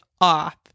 off